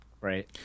Right